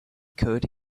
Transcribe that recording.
could